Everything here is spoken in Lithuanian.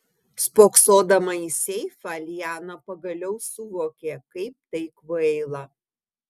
spoksodama į seifą liana pagaliau suvokė kaip tai kvaila